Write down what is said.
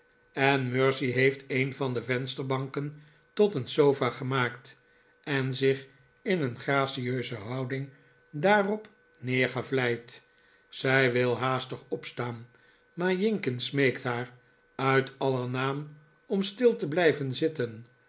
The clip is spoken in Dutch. en mercy heeft een van de vensterbanken tot een sofa gemaakt en zich in een gracieuse houding daarop neergevlijd zij wil haastig opstaan maar jinkins smeekt haar uit aller naam om stil te blijven zitten